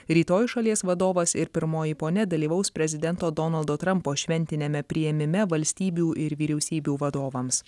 rytoj šalies vadovas ir pirmoji ponia dalyvaus prezidento donaldo trampo šventiniame priėmime valstybių ir vyriausybių vadovams